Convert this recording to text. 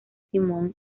simón